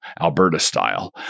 Alberta-style